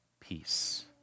peace